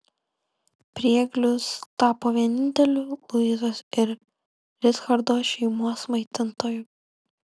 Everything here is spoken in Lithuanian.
prieglius tapo vieninteliu luizos ir richardo šeimos maitintoju